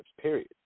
period